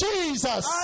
Jesus